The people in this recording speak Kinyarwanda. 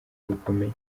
bukomeye